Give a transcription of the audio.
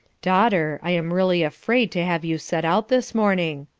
daughter, i am really afraid to have you set out this morning,